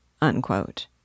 unquote